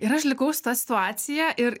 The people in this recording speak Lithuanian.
ir aš likau su ta situacija ir